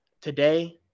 today